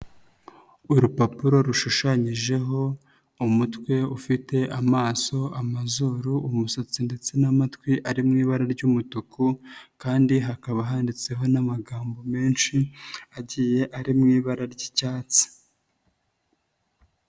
Urupapuro rushushanyijeho umutwe ufite amaso, amazuru, umusatsi ndetse n'amatwi ari mu ibara ry'umutuku kandi hakaba handitseho n'amagambo menshi agiye ari mu ibara ry'icyatsi.